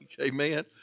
Amen